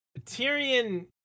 Tyrion